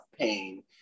pain